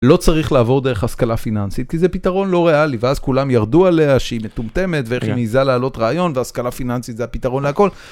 לא צריך לעבור דרך השכלה פיננסית, כי זה פתרון לא ריאלי, ואז כולם ירדו עליה שהיא מטומטמת, ואיך היא מעיזה לעלות רעיון, והשכלה פיננסית זה הפתרון להכל.